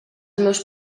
meus